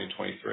2023